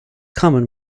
common